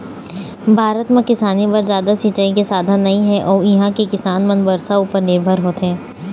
भारत म किसानी बर जादा सिंचई के साधन नइ हे अउ इहां के किसान मन बरसा उपर निरभर होथे